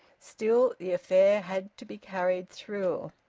still, the affair had to be carried through.